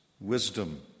wisdom